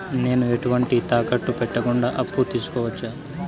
నేను ఎటువంటి తాకట్టు పెట్టకుండా అప్పు తీసుకోవచ్చా?